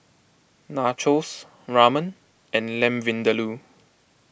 Nachos Ramen and Lamb Vindaloo